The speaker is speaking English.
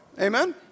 Amen